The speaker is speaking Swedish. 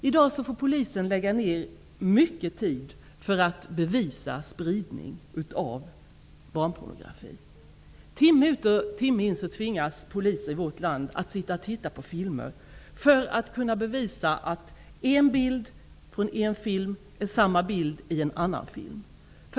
I dag måste polisen lägga ned mycket tid för att bevisa spridning av barnpornografi. Timme ut och timme in tvingas poliser i vårt land att sitta och titta på filmer för att kunna bevisa att en bild från en film är densamma som i en annan film.